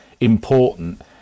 important